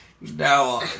Now